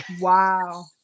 Wow